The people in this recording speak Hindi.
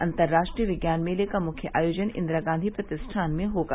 अतर्राष्ट्रीय विज्ञान मेले का मुख्य आयोजन इंदिरा गांधी प्रतिष्ठान में होगा